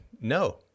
no